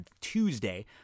Tuesday